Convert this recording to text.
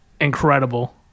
incredible